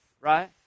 right